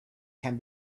can